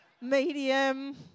medium